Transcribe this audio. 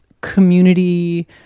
community